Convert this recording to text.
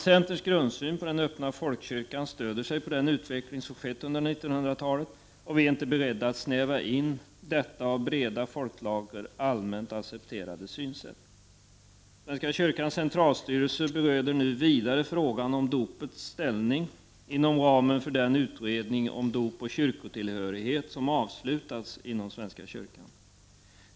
Centerns grundsyn om den öppna folkkyrkan stöder sig på den utveckling som har skett under 1900-talet, och vi är inte beredda att snäva in detta av breda folklager allmänt accepterade synsätt. Svenska kyrkans centralstyrelse bereder nu vidare frågan om dopets ställning inom ramen för den utredning om dop och kyrkotillhörighet som avslutats inom kyrkan.